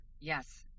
Yes